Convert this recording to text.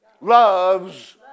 loves